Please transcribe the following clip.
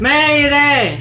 Mayday